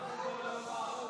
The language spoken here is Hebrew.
כל הכבוד.